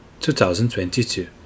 2022